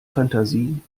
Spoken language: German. fantasie